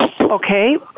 Okay